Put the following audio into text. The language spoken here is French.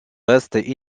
reste